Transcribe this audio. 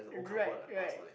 right right